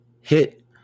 Hit